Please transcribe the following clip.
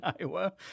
Iowa